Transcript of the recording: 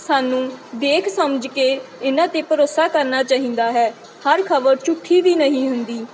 ਸਾਨੂੰ ਦੇਖ ਸਮਝ ਕੇ ਇਹਨਾਂ 'ਤੇ ਭਰੋਸਾ ਕਰਨਾ ਚਾਹੀਦਾ ਹੈ ਹਰ ਖ਼ਬਰ ਝੂਠੀ ਵੀ ਨਹੀਂ ਹੁੰਦੀ